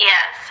Yes